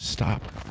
Stop